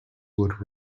would